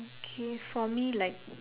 K for me like